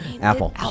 Apple